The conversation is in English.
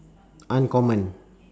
uncommon